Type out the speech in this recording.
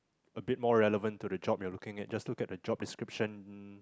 a bit more relevant to the job you are looking at just look at the job description